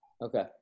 Okay